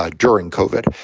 ah during covered.